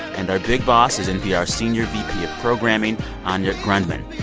and our big boss is npr's senior vp of programming anya grundmann.